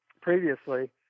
previously